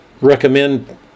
recommend